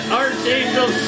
archangel